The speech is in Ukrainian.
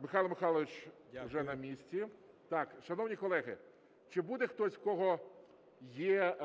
Михайло Михайлович уже на місці. Так, шановні колеги, чи буде хтось, в кого є,